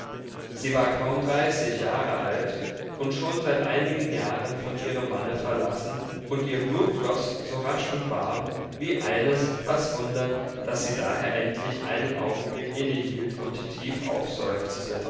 sie war kaum dreißig jahre alt und schon seit einigen jahren von ihrem manne verlassen und ihr blut floß so rasch und warm wie eines was wunder daß sie daher endlich einen augenblick innehielt und tief